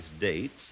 dates